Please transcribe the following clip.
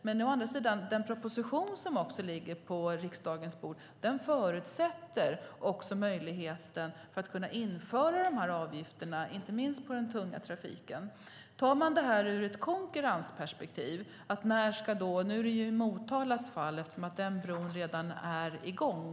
Men å andra sidan förutsätter den proposition som ligger på riksdagens bord också möjligheten att införa avgifterna, inte minst på den tunga trafiken. Nu handlar det om när lagen ska träda i kraft i Motalas fall och när utländska förare ska börja betala, eftersom den bron redan är i gång.